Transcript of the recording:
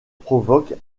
provoque